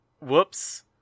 whoops